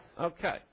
okay